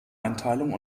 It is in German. einteilung